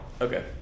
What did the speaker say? okay